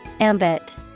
ambit